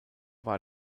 war